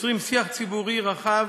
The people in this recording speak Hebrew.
יוצרים שיח ציבורי רחב